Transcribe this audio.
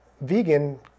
vegan